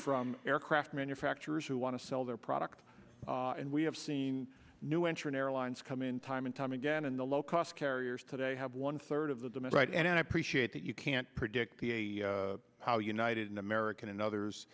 from aircraft manufacturers who want to sell their product and we have seen new enter an airline's come in time and time again in the low cost carriers today have one third of the demand right and i appreciate that you can't predict how united an american and others